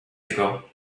ago